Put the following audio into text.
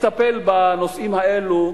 יטפל בנושאים האלה,